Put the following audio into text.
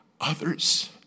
Others